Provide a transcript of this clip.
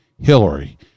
Hillary